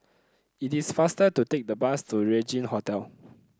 it is faster to take the bus to Regin Hotel